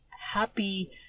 happy